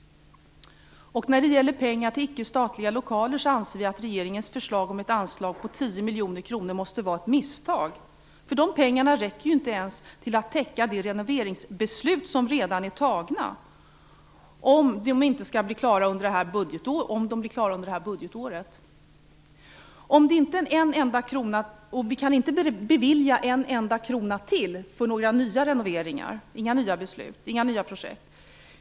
När det gäller pengar till icke statliga lokaler anser vi att regeringens förslag om ett anslag om 10 miljoner kronor måste vara ett misstag. De pengarna räcker ju inte ens till att täcka de renoveringsbeslut som redan är tagna, om de skall bli klara under det här budgetåret. Och vi kan inte bevilja en enda krona till för några nya renoveringar - inga nya beslut och inga nya projekt.